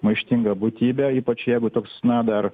maištinga būtybė ypač jeigu toks na dar